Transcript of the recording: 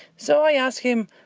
so i asked him,